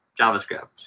JavaScript